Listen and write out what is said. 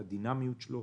את הדינמיות שלו,